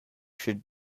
should